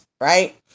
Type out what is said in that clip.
Right